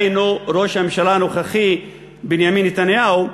דהיינו ראש הממשלה הנוכחית בנימין נתניהו,